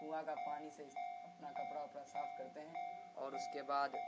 کنواں کا پانی سے اپنا کپڑا اپڑا صاف کرتے ہیں اور اس کے بعد